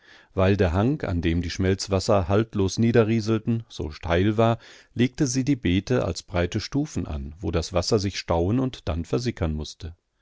weil der hang an dem die schmelzwasser haltlos niederrieselten so steil war legte sie die beete als breite stufen an wo das wasser sich stauen und dann versickern mußte